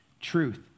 truth